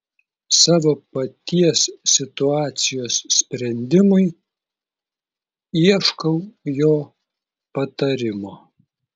savo paties situacijos sprendimui ieškau jo patarimo